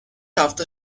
hafta